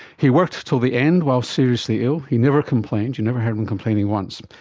he worked till the end while seriously ill, he never complained, you never heard him complaining once.